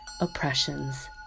oppressions